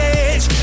edge